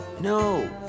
No